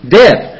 death